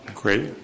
Great